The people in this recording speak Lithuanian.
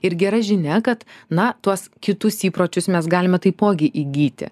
ir gera žinia kad na tuos kitus įpročius mes galime taipogi įgyti